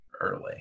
early